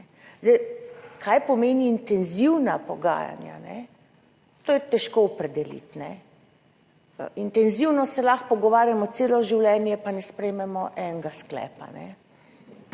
Zdaj, kaj pomenijo intenzivna pogajanja, to je težko opredeliti. Intenzivno se lahko pogovarjamo celo življenje, pa ne sprejmemo enega sklepa.